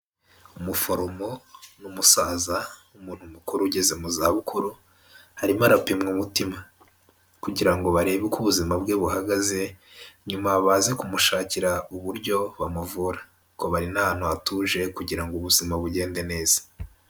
Umuforomo n'umusaza w'umuntu mukuru ugeze mu zabukuru, arimwo arapimwa umutima, kugira ngo barebe uko ubuzima bwe buhagaze, nyuma baze kumushakira uburyo bamuvura , kuko bari n'ahantu hatuje kugira ngo ubuzima bugende neza.